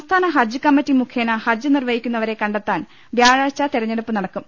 സംസ്ഥാന ഹജ്ജ് കമ്മറ്റി മുഖേന ഹജ്ജ് നിർവ്വഹിക്കുന്ന വരെ കണ്ടെത്താൻ വ്യാഴാഴ്ച തിരഞ്ഞെടുപ്പ് നടക്കും